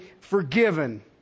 forgiven